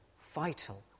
vital